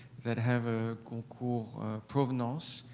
that have a goncourt provenance.